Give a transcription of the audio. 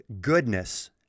goodness